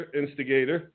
instigator